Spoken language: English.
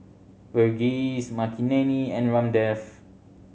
Verghese Makineni and Ramdev